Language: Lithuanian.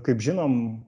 kaip žinom